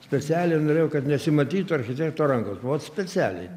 staselė norėjo kad nesimatytų architekto rankos vot specialiai